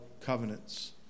covenants